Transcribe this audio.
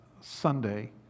Sunday